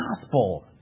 gospel